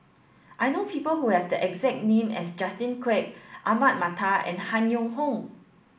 I know people who have the exact name as Justin Quek Ahmad Mattar and Han Yong Hong